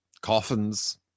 Coffins